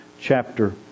chapter